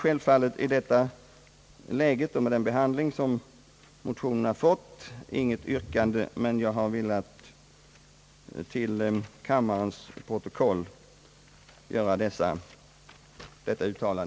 Med den behandling som motionen fått har jag självfallet inget yrkande att ställa i kammaren.